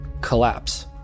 collapse